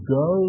go